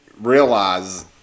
realize